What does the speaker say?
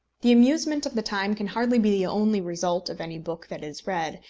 the amusement of the time can hardly be the only result of any book that is read,